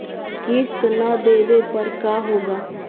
किस्त न देबे पर का होगा?